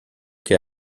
che